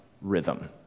rhythm